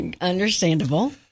understandable